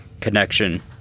connection